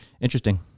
interesting